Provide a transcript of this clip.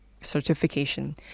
certification